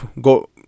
go